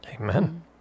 Amen